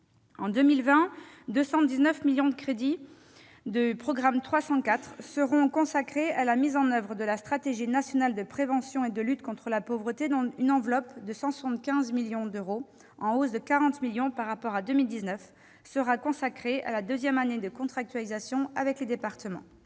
En 2020, 219 millions d'euros de crédits du programme 304 seront consacrés à la mise en oeuvre de la stratégie nationale de prévention et de lutte contre la pauvreté, dont une enveloppe de 175 millions, en hausse de 40 millions par rapport à 2019, sera consacrée à la deuxième année de contractualisation avec les départements.